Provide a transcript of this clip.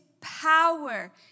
power